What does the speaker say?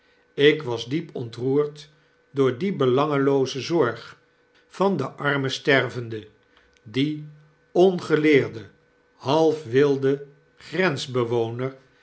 ik was diep ontroerd door die belangelooze zorg van den armen stervefide dien ongeleerden